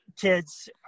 kids